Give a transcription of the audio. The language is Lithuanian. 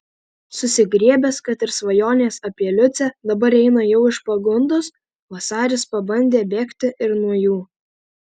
susigriebęs kad ir svajonės apie liucę dabar eina jau iš pagundos vasaris pabandė bėgti ir nuo jų